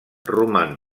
roman